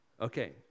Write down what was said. Okay